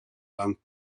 land